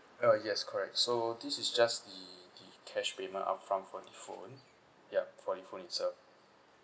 ah yes correct so this is just the the cash payment upfront for the phone yup for the phone itself